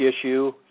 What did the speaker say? issue